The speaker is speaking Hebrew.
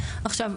עכשיו,